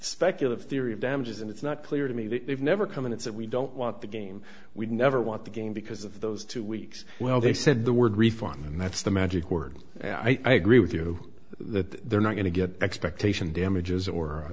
speculative theory of damages and it's not clear to me that they've never come and it's that we don't want the game we never want the game because of those two weeks well they said the word refund and that's the magic word i agree with you that they're not going to get expectation damages or